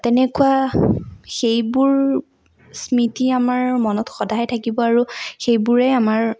তেনেকুৱা সেইবোৰ স্মৃতি আমাৰ মনত সদায় থাকিব আৰু সেইবোৰে আমাৰ